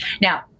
Now